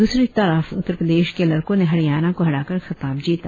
द्रसरी तरफ उत्तर प्रदेश के लड़कों ने हरियाणा को हराकर खिताब जीता